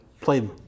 played